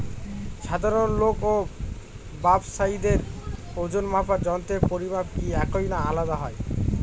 সাধারণ লোক ও ব্যাবসায়ীদের ওজনমাপার যন্ত্রের পরিমাপ কি একই না আলাদা হয়?